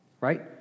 right